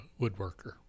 woodworker